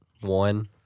one